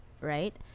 right